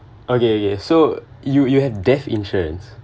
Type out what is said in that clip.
okay okay so you you have death insurance